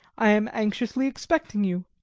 i am anxiously expecting you.